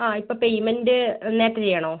ആ ഇപ്പോൾ payment relate ചെയ്യണോ